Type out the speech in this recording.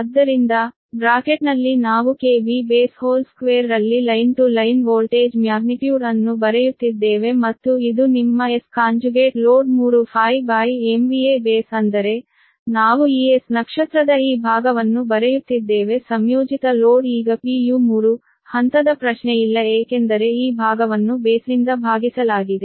ಆದ್ದರಿಂದ ಬ್ರಾಕೆಟ್ನಲ್ಲಿ ನಾವು 2 ರಲ್ಲಿ line to line voltage magnitude ಅನ್ನು ಬರೆಯುತ್ತಿದ್ದೇವೆ ಮತ್ತು ಇದು ನಿಮ್ಮ Sload3∅ B ಅಂದರೆ ನಾವು ಈ S ನಕ್ಷತ್ರದ ಈ ಭಾಗವನ್ನು ಬರೆಯುತ್ತಿದ್ದೇವೆ ಸಂಯೋಜಿತ ಲೋಡ್ ಈಗ pu 3 ಹಂತದ ಪ್ರಶ್ನೆಯಿಲ್ಲ ಏಕೆಂದರೆ ಈ ಭಾಗವನ್ನು ಬೇಸ್ನಿಂದ ಭಾಗಿಸಲಾಗಿದೆ